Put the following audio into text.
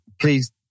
please